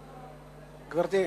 גברתי?